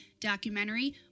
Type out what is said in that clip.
documentary